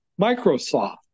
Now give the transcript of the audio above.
Microsoft